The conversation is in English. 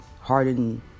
hardened